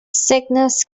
sickness